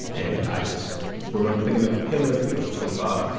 and i just remember thinking of him as, you know, he's twenty five.